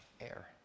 air